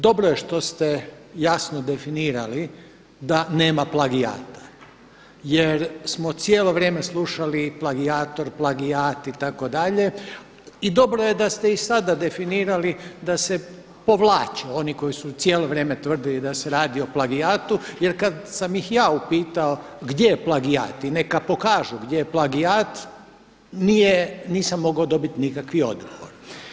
Dobro je što ste jasno definirali da nema plagijata jer smo cijelo vrijeme slušali plagijator, plagijat itd. i dobro je da ste i sada definirali da se povlače oni koji su cijelo vrijeme tvrdili da se radi o plagijatu jer kada sam ih ja upitao gdje je plagijat i neka pokažu gdje je plagijat nisam mogao dobiti nikakvi odgovor.